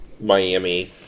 Miami